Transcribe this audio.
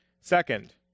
Second